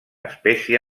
espècie